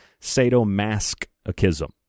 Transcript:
sadomasochism